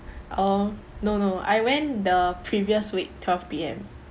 orh no no I went the previous week twelve P_M